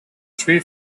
three